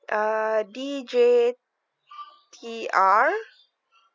uh D J T R